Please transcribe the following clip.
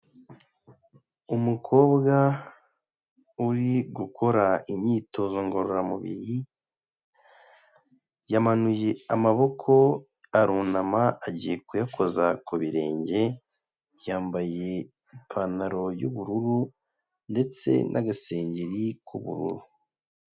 Umukobwa uri gukora imyitozo ngororamubiri, yamanuye amaboko arunama agiye kuyakoza ku birenge, yambaye ipantaro y'ubururu ndetse n'agasengeri k'ubururu.